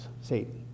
Satan